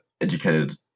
educated